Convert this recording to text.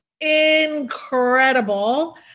incredible